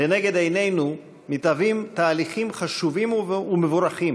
לנגד עינינו מתהווים תהליכים חשובים ומבורכים